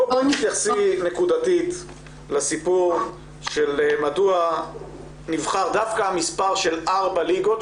תתייחסי נקודתית לסיפור של מדוע נבחר דווקא המספר של ארבע ליגות,